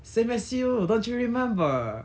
same as you don't you remember